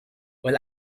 well